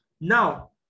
Now